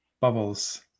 Bubbles